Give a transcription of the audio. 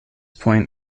point